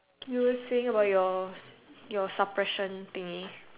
do you think about your your suppression thingy